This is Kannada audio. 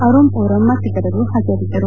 ಅರುಮ್ ಓರಂ ಮತ್ತಿತರರು ಹಾಜರಿದ್ದರು